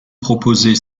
proposée